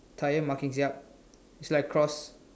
tyre markings yup it's like cross